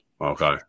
okay